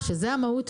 הרגיל.